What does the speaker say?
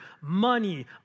money